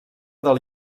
del